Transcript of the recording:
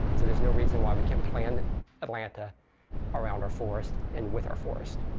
so there's no reason why we can't plan atlanta around our forest and with our forest.